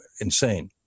insane